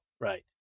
right